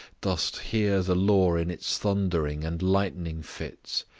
dost hear the law in its thundering and lightning fits,